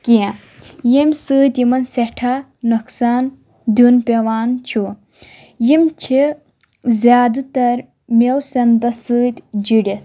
کینٛہہ ییٚمہِ سۭتۍ یِمَن سیٚٹھاہ نۄقصان دیُن پیٚوان چھُ یِم چھِ زیادٕ تَر میوٕ سیٚنتَس سۭتۍ جُڑِتھ